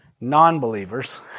non-believers